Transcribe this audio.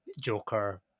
joker